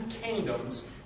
kingdoms